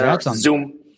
zoom